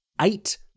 eight